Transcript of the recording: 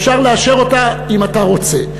אפשר לאשר אותה אם אתה רוצה.